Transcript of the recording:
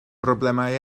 broblemau